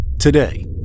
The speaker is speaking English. Today